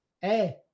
hey